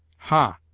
ha!